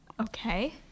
Okay